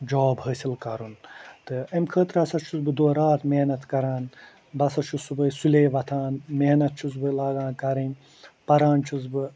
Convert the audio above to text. job حٲصِل کَرُن تہٕ امہِ خٲطرٕ ہسا چھُس بہٕ دۄہ رات محنت کَران بَہ سا چھُس سُبحٲے سُلے وۄتھان محنت چھُس بہٕ لاگان کَرٕنۍ پَران چھُس بہٕ